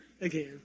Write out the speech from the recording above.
again